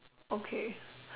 okay